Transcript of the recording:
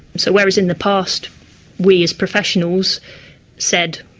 so whereas in the past we as professionals said,